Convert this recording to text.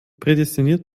prädestiniert